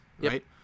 right